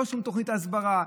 שום תוכנית הסברה,